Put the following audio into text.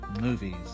movies